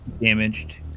Damaged